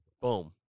Boom